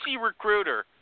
Recruiter